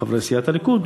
חברי סיעת הליכוד,